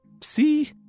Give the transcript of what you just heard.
See